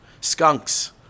skunks